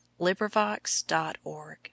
LibriVox.org